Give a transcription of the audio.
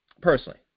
Personally